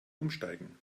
umsteigen